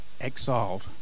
exiled